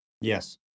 Yes